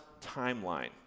timeline